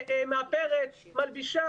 מאפרת, מלבישה